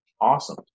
Awesome